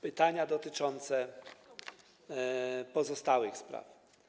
Pytania dotyczące pozostałych spraw.